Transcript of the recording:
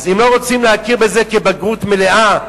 אז אם לא רוצים להכיר בזה כבגרות מלאה,